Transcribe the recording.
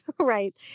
right